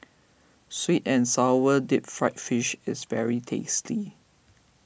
Sweet and Sour Deep Fried Fish is very tasty